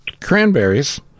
cranberries